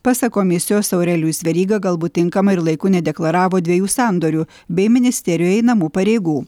pasak komisijos aurelijus veryga galbūt tinkamai ir laiku nedeklaravo dviejų sandorių bei ministerijoje einamų pareigų